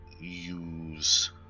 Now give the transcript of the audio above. use